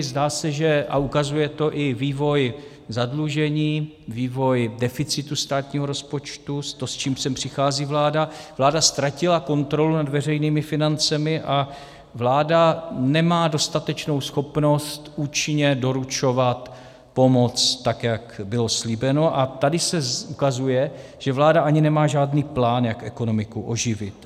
Zdá se a ukazuje to i vývoj zadlužení, vývoj deficitu státního rozpočtu, to, s čím sem přichází vláda že vláda ztratila kontrolu nad veřejnými financemi a vláda nemá dostatečnou schopnost účinně doručovat pomoc, tak jak bylo slíbeno, a tady se ukazuje, že vláda ani nemá žádný plán, jak ekonomiku oživit.